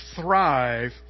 thrive